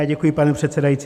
Děkuji, pane předsedající.